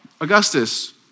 Augustus